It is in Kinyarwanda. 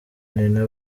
nina